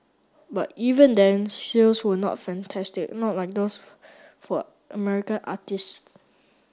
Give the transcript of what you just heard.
but even then sales were not fantastic not like those for American artistes